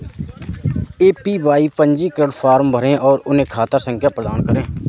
APY पंजीकरण form भरें और उन्हें खाता संख्या प्रदान करें